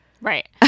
right